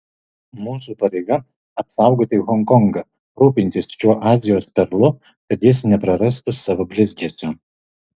mūsų pareiga apsaugoti honkongą rūpintis šiuo azijos perlu kad jis neprarastų savo blizgesio